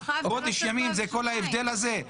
חודש ימים זה כל ההבדל הזה?